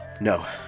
No